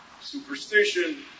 superstition